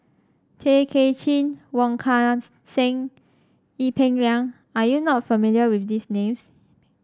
Tay Kay Chin Wong Kan Seng Ee Peng Liang are you not familiar with these names